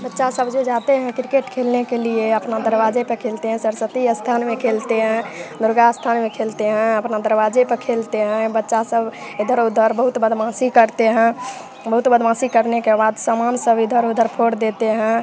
बच्चा सब जो जाते हैं क्रिकेट खेलने के लिए अपना दरवाजे पे खेलते हैं सरस्वती स्थान में खेलते हैं दुर्गा स्थान में खेलते हैं अपना दरवाजे पे खेलते हैं बच्चा सब इधर उधर बहुत बदमाशी करते हैं बहुत बदमाशी करने के बाद समान सब इधर उधर फोड़ देते हैं